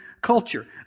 culture